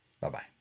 Bye-bye